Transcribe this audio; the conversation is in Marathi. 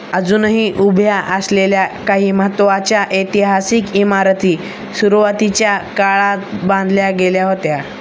अजूनही उभ्या असलेल्या काही महत्त्वाच्या ऐतिहासिक इमारती सुरुवातीच्या काळात बांधल्या गेल्या होत्या